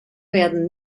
werden